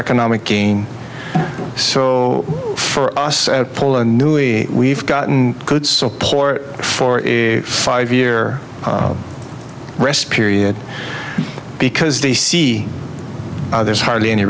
economic gain so for us paul a newly we've gotten good support for a five year rest period because the see there's hardly any